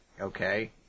okay